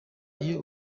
iyo